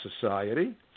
society